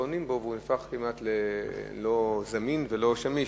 עונים לו והוא הופך ללא זמין או לא שמיש.